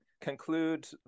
conclude